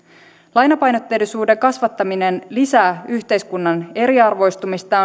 lainapainotteisuuden kasvattaminen lisää yhteiskunnan eriarvoistumista